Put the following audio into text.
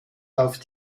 auf